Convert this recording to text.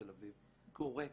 כי הוא ריק.